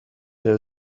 there